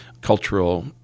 cultural